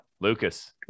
lucas